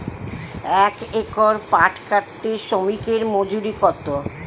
এক একর পাট কাটতে শ্রমিকের মজুরি কত?